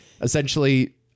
essentially